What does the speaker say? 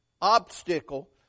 obstacle